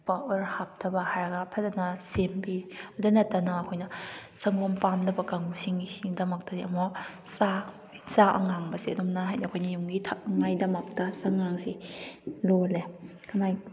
ꯄ ꯑꯣꯔ ꯍꯥꯞꯇꯕ ꯍꯥꯏꯔꯒ ꯐꯖꯅ ꯁꯦꯝꯕꯤ ꯑꯗꯨ ꯅꯠꯇꯅ ꯑꯩꯈꯣꯏꯅ ꯁꯪꯒꯣꯝ ꯄꯥꯡꯗꯕ ꯀꯥꯡꯕꯨꯁꯤꯡ ꯁꯤꯒꯤꯗꯃꯛꯇꯗꯤ ꯑꯃꯨꯛ ꯆꯥ ꯆꯥ ꯑꯉꯥꯡꯕꯁꯦ ꯑꯗꯨꯝꯅ ꯍꯥꯏꯗꯤ ꯑꯩꯈꯣꯏꯅ ꯌꯨꯝꯒꯤ ꯊꯛꯅꯉꯥꯏꯒꯤꯗꯃꯛꯇ ꯆꯥꯉꯥꯡꯁꯦ ꯂꯣꯜꯂꯦ ꯀꯃꯥꯏ